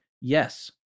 Yes